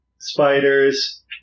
spiders